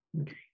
Okay